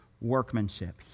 workmanship